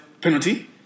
penalty